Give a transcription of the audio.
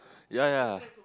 ya ya